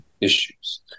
issues